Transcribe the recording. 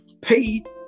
paid